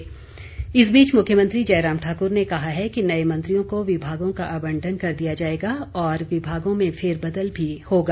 मुख्यमंत्री इस बीच मुख्यमंत्री जयराम ठाकुर ने कहा है कि नए मंत्रियों को विभागों का आबंटन कर दिया जाएगा और विभागों में फेरबदल भी होगा